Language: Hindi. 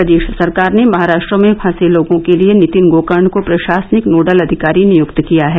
प्रदेश सरकार ने महाराष्ट्र में फंसे लोगों के लिए नितिन गोकर्ण को प्रशासनिक नोडल अधिकारी नियुक्त किया है